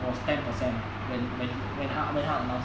was ten percent ah when when he when 它 announced